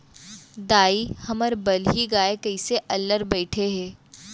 दाई, हमर बलही गाय कइसे अल्लर बइठे हे